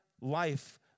life